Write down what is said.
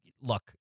look